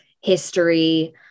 history